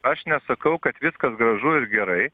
aš nesakau kad viskas gražu ir gerai